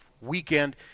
Weekend